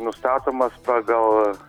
nustatomas pagal